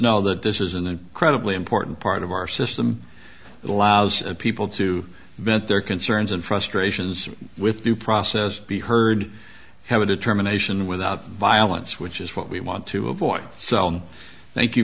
know that this isn't an incredibly important part of our system allows people to vent their concerns and frustrations with due process be heard have a determination without violence which is what we want to avoid so thank you